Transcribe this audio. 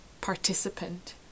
participant